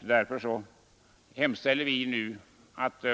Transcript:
Därför hemställer vi nu att